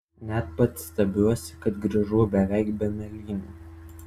net pats stebiuosi kad grįžau beveik be mėlynių